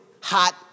hot